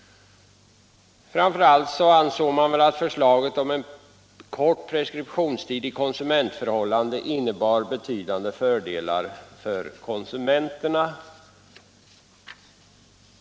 Framför allt ansågs det att förslaget om kort preskriptionstid i konsumentförhållanden innebar betydande fördelar för konsumenterna.